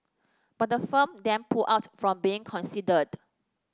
but the firm then pulled out from being considered